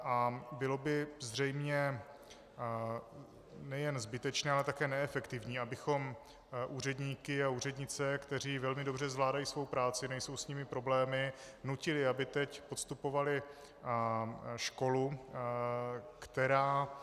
A bylo by zřejmě nejen zbytečné, ale také neefektivní, abychom úředníky a úřednice, kteří velmi dobře zvládají svou práci, nejsou s nimi problémy, nutili, aby teď podstupovali školu, která...